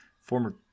former